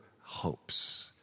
hopes